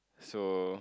so